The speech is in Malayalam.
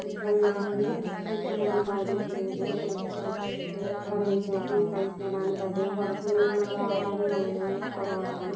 ചിക്കൻ വാങ്ങി വീട്ടിൽ തന്നെ പാചകം ചെയ്ത് പൊരിച്ചോ കറി വെച്ചൊക്കെ കഴിക്കാറാണ് പതിവ് പുറത്തു നിന്നുള്ള ആഹാരം വളരെ കുറവാണ്